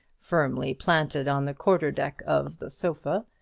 firmly planted on the quarter-deck of the sofa.